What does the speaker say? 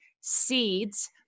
Seeds